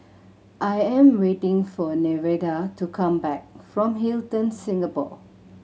I am waiting for Nevada to come back from Hilton Singapore